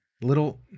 little